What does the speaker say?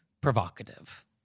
provocative